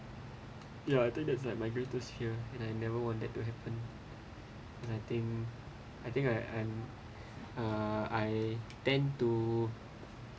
ya I think that's like my greatest fear and I never want that to happen and I think I think I I'm uh I tend to